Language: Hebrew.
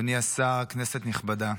אדוני השר, כנסת נכבדה,